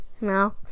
No